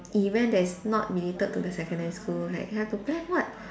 event that is not related to the secondary school like have to plan what